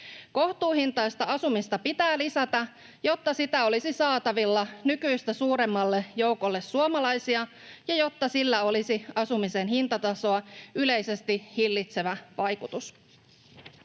Kohtuuhintaista asumista pitää lisätä, jotta sitä olisi saatavilla nykyistä suuremmalle joukolle suomalaisia ja jotta sillä olisi asumisen hintatasoa yleisesti hillitsevä vaikutus.